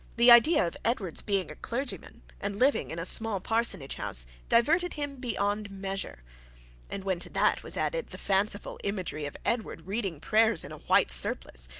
the idea of edward's being a clergyman, and living in a small parsonage-house, diverted him beyond measure and when to that was added the fanciful imagery of edward reading prayers in a white surplice,